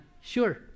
Sure